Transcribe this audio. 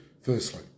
firstly